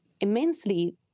immensely